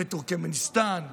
בטורקמניסטן,